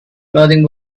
clothing